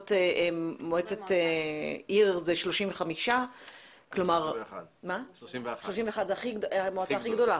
מועצת עיר הוא 35. 31. המועצה הכי גדולה?